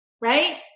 right